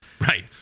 Right